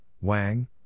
Wang